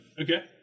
Okay